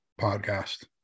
podcast